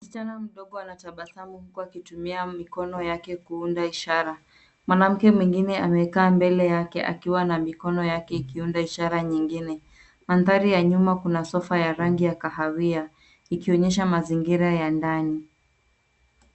Msichana mdogo anatabasamu huku akitumia mikono yake kuunda ishara. Mwanamke mwengine amekaa mbele yake akiwa na mikono yake ikiunda ishara nyingine. Mandhari ya nyuma kuna sofa ya rangi ya kahawia ikionyesha mazingira ya ndani.